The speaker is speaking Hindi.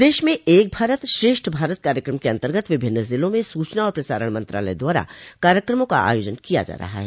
प्रदेश में एक भारत श्रेष्ठ भारत कार्यक्रम के अन्तर्गत विभिन्न जिला में सूचना और प्रसारण मंत्रालय द्वारा कार्यक्रमों का आयोजन किया जा रहा है